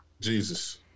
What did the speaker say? Jesus